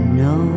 no